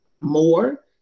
more